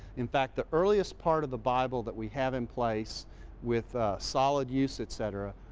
in fact the earliest part of the bible that we have in place with solid use, etc,